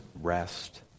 rest